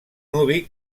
nuvi